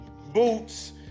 boots